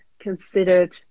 considered